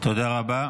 תודה רבה.